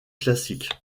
classique